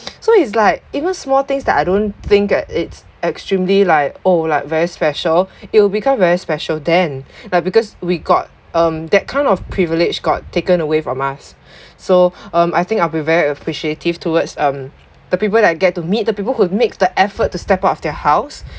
so it's like even small things that I don't think it's extremely like oh like very special it will become very special then but because we got um that kind of privilege got taken away from us so um I think I'll be very appreciative towards um the people that I get to meet the people who make the effort to step out of their house